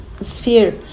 sphere